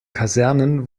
kasernen